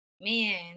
Man